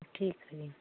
ਠੀਕ